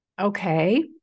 Okay